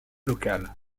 locale